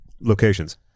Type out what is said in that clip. locations